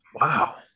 Wow